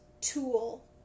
tool